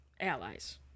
allies